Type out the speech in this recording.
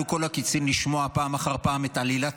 כלו כל הקיצין לשמוע פעם אחר פעם את עלילת